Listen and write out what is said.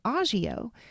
agio